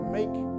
make